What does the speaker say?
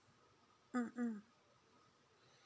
mm mm